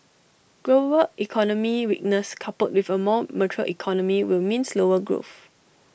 global economic weakness coupled with A more mature economy will mean slower growth